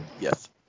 Yes